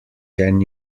can